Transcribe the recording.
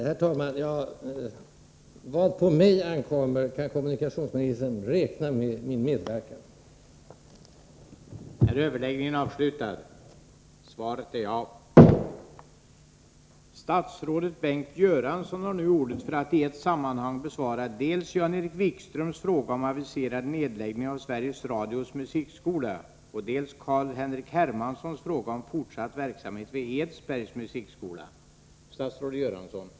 Herr talman! I vad på mig ankommer kan kommunikationsministern räkna med min helhjärtade medverkan.